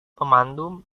pemandu